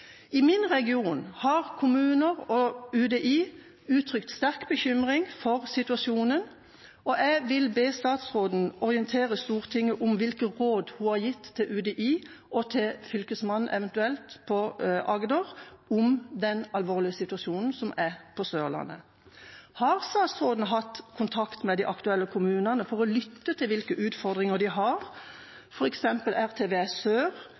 I min region har kommuner og UDI uttrykt sterk bekymring for situasjonen. Jeg vil be statsråden om å orientere Stortinget om hvilke råd hun har gitt til UDI, og eventuelt til Fylkesmannen i Agder, om den alvorlige situasjonen som er på Sørlandet. Har statsråden hatt kontakt med de aktuelle kommunene for å lytte til hvilke utfordringer de har, f.eks. RVTS Sør,